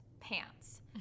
pants